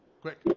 Quick